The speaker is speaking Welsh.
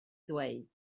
ddweud